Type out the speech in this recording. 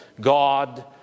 God